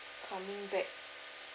coming back